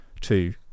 two